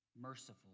Merciful